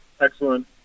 Excellent